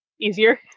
easier